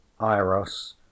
Iros